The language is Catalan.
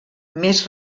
més